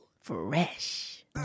fresh